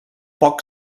poc